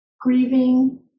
grieving